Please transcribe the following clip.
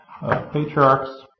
patriarchs